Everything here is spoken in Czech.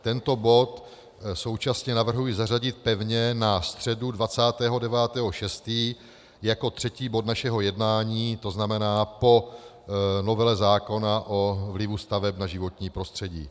Tento bod současně navrhuji zařadit pevně na středu 29. 6. jako třetí bod našeho jednání, to znamená po novele zákona o vlivu staveb na životní prostředí.